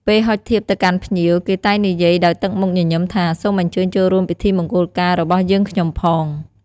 ពេលហុចធៀបទៅកាន់ភ្ញៀវ គេតែងនិយាយដោយទឹកមុខញញឹមថា សូមអញ្ចើញចូលរួមពិធីមង្គលការរបស់យើងខ្ញុំផង។